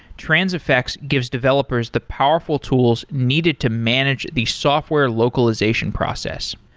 transifex gives developers the powerful tools needed to manage the software localization process.